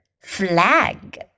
Flag